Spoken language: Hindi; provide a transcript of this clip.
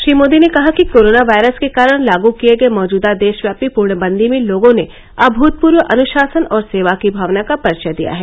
श्री मोदी ने कहा कि कोरोना वायरस के कारण लाग किए गए मौजूदा देशव्यापी पूर्णबंदी में लोगों ने अभूतपूर्व अनृशासन और सेवा की भावना का परिचय दिया है